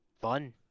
fun